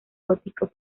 gótico